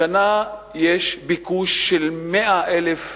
בשנה האחרונה יש ביקוש של 100,000 דירות,